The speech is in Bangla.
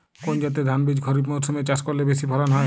কোন জাতের ধানবীজ খরিপ মরসুম এ চাষ করলে বেশি ফলন হয়?